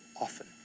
often